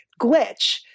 glitch